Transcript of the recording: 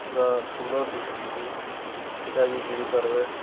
ପୁରା ସୁନ୍ଦର୍ ଦିଶୁଥିସି ସେଟା ବି କିଣିପାର୍ବେ